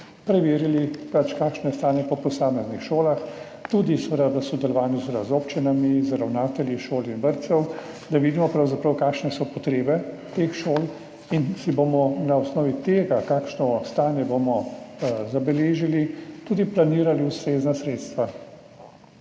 preverili, kakšno je stanje po posameznih šolah, seveda tudi v sodelovanju z občinami, z ravnatelji šol in vrtcev, da pravzaprav vidimo, kakšne so potrebe teh šol in si bomo na osnovi tega, kakšno stanje bomo zabeležili, tudi planirali ustrezna sredstva.